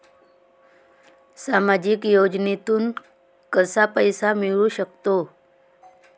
सामाजिक योजनेतून कसा पैसा मिळू सकतो?